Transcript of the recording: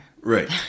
right